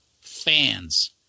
fans